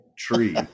tree